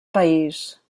país